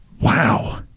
Wow